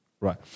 right